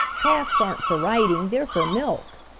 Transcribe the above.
calfs aren't for riding, they're for milk,